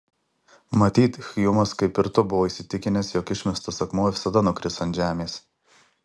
matyt hjumas kaip ir tu buvo įsitikinęs jog išmestas akmuo visada nukris ant žemės